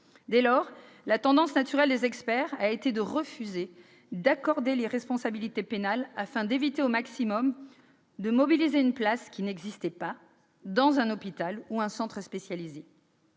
Dès lors, la tendance naturelle des experts a été de refuser d'accorder l'irresponsabilité pénale, afin d'éviter au maximum de mobiliser une place qui n'existait pas dans un hôpital ou un centre spécialisé.